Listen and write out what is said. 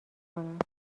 کند